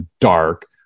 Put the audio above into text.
dark